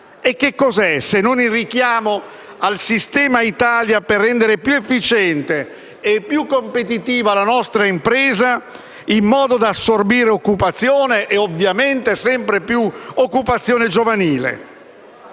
è questo se non il richiamo al sistema Italia per rendere più efficiente e competitiva la nostra impresa in modo da assorbire occupazione e, ovviamente, sempre più quella giovanile?